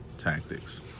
tactics